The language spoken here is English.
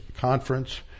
conference